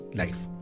life